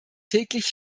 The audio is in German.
täglich